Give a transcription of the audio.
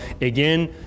again